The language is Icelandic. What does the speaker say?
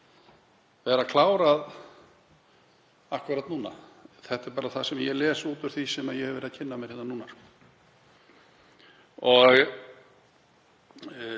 sé að klára það núna. Þetta er bara það sem ég les út úr því sem ég hef verið að kynna mér núna. Ég